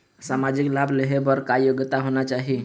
सामाजिक लाभ लेहे बर का योग्यता होना चाही?